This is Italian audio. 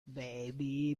baby